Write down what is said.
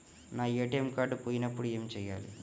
నా ATM card పోయినప్పుడు ఏమి చేయాలి?